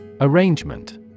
Arrangement